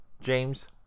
James